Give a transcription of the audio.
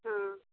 हाँ